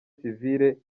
sivile